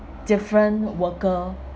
different worker